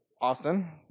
austin